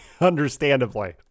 understandably